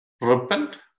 Repent